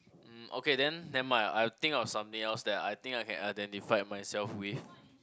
um okay then never mind I'll think of something else that I think I can identify myself with